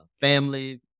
family